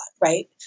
right